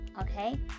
okay